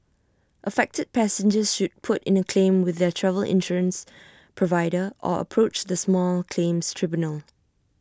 affected passengers should put in the claim with their travel insurance provider or approach the small claims tribunal